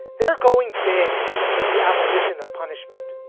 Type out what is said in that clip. they're going big with the abolition of punishment.